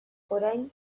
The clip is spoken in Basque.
orain